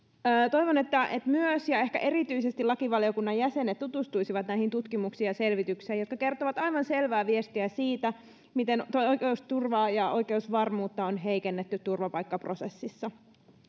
toivon että myös ja ehkä erityisesti lakivaliokunnan jäsenet tutustuisivat näihin tutkimuksiin ja selvityksiin jotka kertovat aivan selvää viestiä siitä miten oikeusturvaa ja oikeusvarmuutta on heikennetty turvapaikkaprosessissa